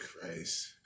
Christ